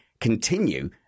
continue